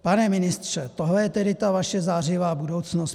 Pane ministře, tohle je tedy ta vaše zářivá budoucnost?